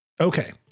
Okay